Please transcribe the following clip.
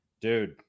dude